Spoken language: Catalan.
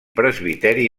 presbiteri